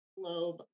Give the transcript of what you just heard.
globe